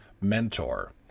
Mentor